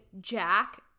Jack